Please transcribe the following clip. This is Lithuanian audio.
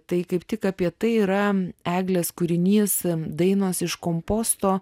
tai kaip tik apie tai yra eglės kūrinys dainos iš komposto